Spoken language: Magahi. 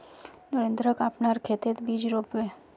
नरेंद्रक अपनार खेतत बीज रोप बे